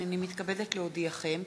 הנני מתכבדת להודיעכם,